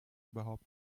überhaupt